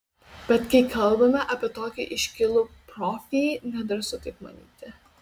bet kai kalbame apie tokį iškilų profį nedrąsu taip manyti